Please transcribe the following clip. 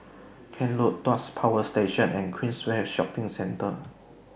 Kent Road Tuas Power Station and Queensway Shopping Centre